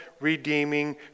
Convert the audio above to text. redeeming